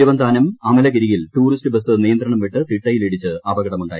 പെരുവന്താനം ആമലഗിരിയിൽ tourist bus നിയന്ത്രണം വിട്ട് തിട്ടയിൽ ഇടിച്ചു അപകടമുണ്ടായി